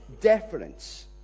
deference